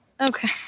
Okay